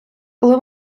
коли